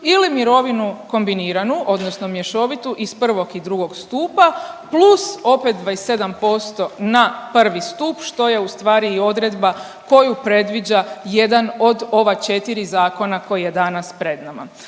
ili mirovinu kombiniranu odnosno mješovitu iz I. i II. stupa plus opet 27% na I. stup što je ustvari i odredba koju predviđa jedan od ova četiri zakona koji je danas pred nama.